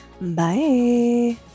bye